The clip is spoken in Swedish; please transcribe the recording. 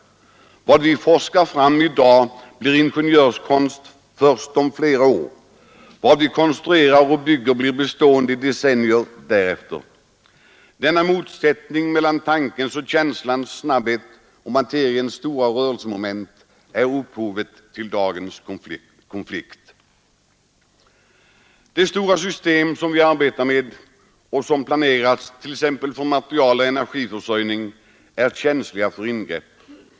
Vad vi forskar fram i dag blir ingenjörskonst först om flera år. Vad vi konstruerar och bygger blir bestående i decennier därefter. Denna motsättning mellan tankens och känslans snabbhet och materiens stora rörelsemoment är upphovet till dagens konflikt. De stora system, som vi arbetar med och som planerats t.ex. för material och energiförsörjning, är känsliga för ingrepp.